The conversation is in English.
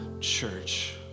church